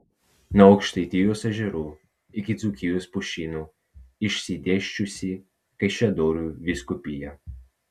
nuo aukštaitijos ežerų iki dzūkijos pušynų išsidėsčiusi kaišiadorių vyskupija